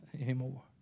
anymore